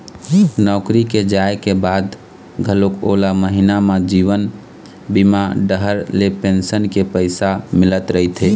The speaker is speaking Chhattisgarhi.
नौकरी के जाए के बाद घलोक ओला महिना म जीवन बीमा डहर ले पेंसन के पइसा मिलत रहिथे